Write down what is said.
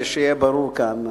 שיהיה ברור כאן,